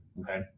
okay